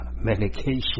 medication